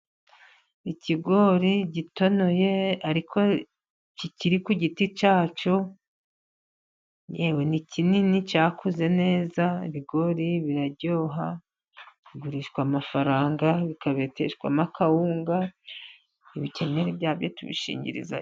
Ikigori gitonoye ariko kikiri ku giti cyacyo, yewe ni kinini cyakuze neza. Ibigori biraryoha, bigurishwa amafaranga bikabeteshwamo kawunga. Ibikenyeri byabyo tubishingirizaho.